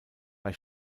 bei